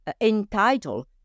entitled